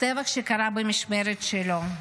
טבח שקרה במשמרת שלו.